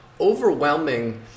Overwhelming